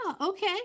okay